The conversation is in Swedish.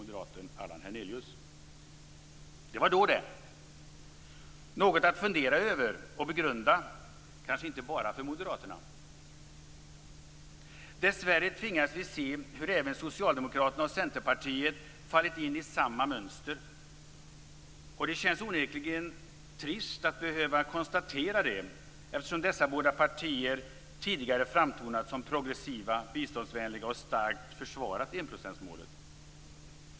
Det var då det. Det är något att fundera över och begrunda - kanske inte bara för Moderaterna. Dessvärre tvingas vi se hur även Socialdemokraterna och Centerpartiet fallit in i samma mönster. Det känns onekligen trist att behöva konstatera det, eftersom dessa båda partier tidigare framtonat som progressiva och biståndsvänliga och starkt försvarat enprocentsmålet.